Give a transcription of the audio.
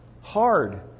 Hard